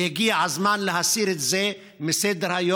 והגיע הזמן להסיר את זה מסדר-היום.